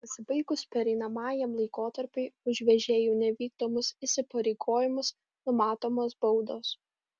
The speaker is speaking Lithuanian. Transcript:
pasibaigus pereinamajam laikotarpiui už vežėjų nevykdomus įsipareigojimus numatomos baudos